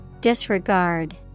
Disregard